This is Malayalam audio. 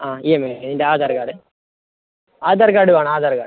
ആ ഇ എം ഐൽ നിൻ്റെ ആധാർ കാർഡ് ആധാർ കാർഡ് വേണം ആധാർ കാർഡ്